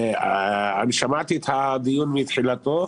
שמעתי את הדיון מתחילתו,